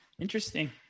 Interesting